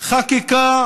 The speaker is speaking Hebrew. חקיקה